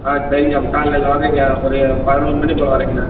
ஆ சரிங்க அப்போ காலையில் வர்றேங்க ஒரு பதினோரு மணி போல் வர்றேங்க